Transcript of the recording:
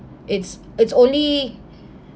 it's it's only